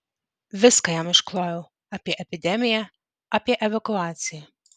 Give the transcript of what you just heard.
viską jam išklojau apie epidemiją apie evakuaciją